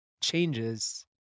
changes